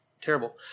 terrible